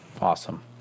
Awesome